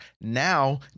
Now